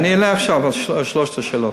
אני אענה עכשיו על שלוש השאלות.